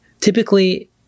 Typically